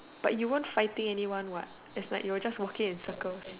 but you weren't fighting anyone what is like you were just walking in circles